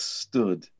stood